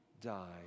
die